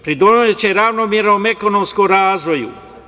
Pridoneće ravnomernom ekonomskom razvoju.